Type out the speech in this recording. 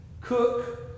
cook